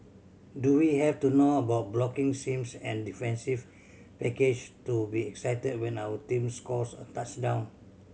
do we have to know about blocking schemes and defensive package to be excited when our team scores a touchdown